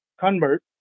convert